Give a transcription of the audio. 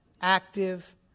active